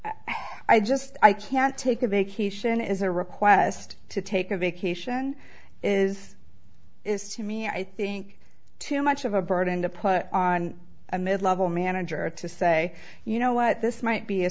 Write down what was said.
isolation i just i can't take a vacation is a request to take a vacation is is to me i think too much of a burden to put on a mid level manager to say you know what this might be a